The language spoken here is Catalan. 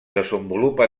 desenvolupa